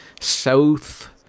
South